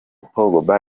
pogba